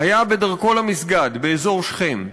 היה בדרכו למסגד באזור שכם.